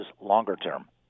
longer-term